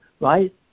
right